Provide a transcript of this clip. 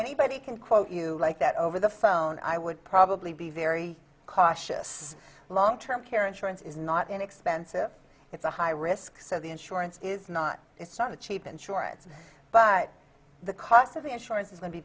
anybody can quote you like that over the phone i would probably be very cautious long term care insurance is not inexpensive it's a high risk so the insurance is not it's sort of cheap insurance but the cost of insurance is going to be